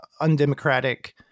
undemocratic